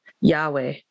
Yahweh